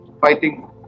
fighting